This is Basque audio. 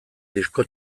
disko